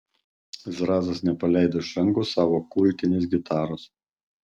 zrazas nepaleido iš rankų savo kultinės gitaros